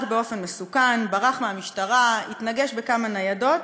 את מי זה מעניין?